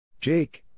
Jake